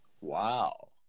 Wow